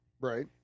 Right